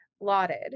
lauded